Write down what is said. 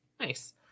Nice